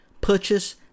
purchase